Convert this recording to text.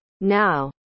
Now